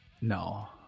No